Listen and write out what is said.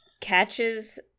catches